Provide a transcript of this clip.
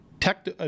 tech